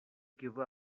give